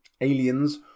aliens